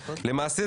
למעשה,